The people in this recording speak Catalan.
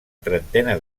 trentena